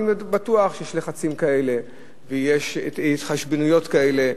אני בטוח שיש לחצים כאלה ויש התחשבנויות כאלה.